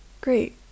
Great